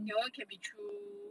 you want can be through